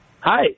Hi